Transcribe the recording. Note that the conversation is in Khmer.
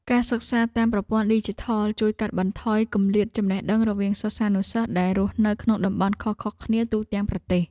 ការសិក្សាតាមប្រព័ន្ធឌីជីថលជួយកាត់បន្ថយគម្លាតចំណេះដឹងរវាងសិស្សានុសិស្សដែលរស់នៅក្នុងតំបន់ខុសៗគ្នាទូទាំងប្រទេស។